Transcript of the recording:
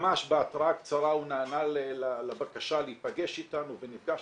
ממש בהתראה קצרה הוא נענה לבקשה להיפגש איתנו ונפגש